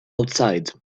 outside